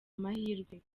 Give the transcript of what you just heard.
amahirwe